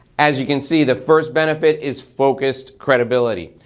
as you can see the first benefit is focused credibility,